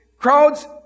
Crowds